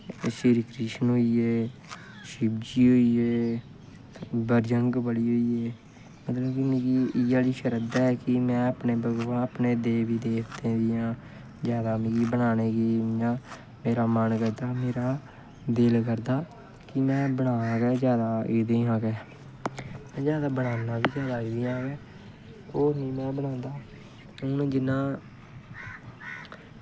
श्री कृष्ण होइये शिवजी होइये भजरंगबली होइये मतलब कि मिगी इ'यै जेही शरधा ऐ कि में अपने देवी देवतें दियां जैदा मिगी बनाने गी मन करदा मेरा दिल करदा कि में बनां जादा एह्दियां गै में जैदा बनानियां बी एह्दियां गै ओह् में बनांदा हून जि'यां